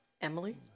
Emily